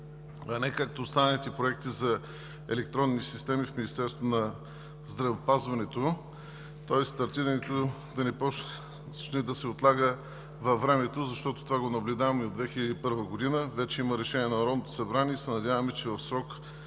а не както останалите проекти за електронни системи в Министерството на здравеопазването, тоест активирането да не започне да се отлага във времето, защото това го наблюдаваме от 2001 г. Вече има решение на Народното събрание и се надяваме, че